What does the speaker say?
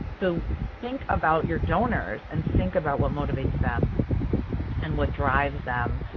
so think about your donors and think about what motivates them and what drives them.